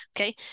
okay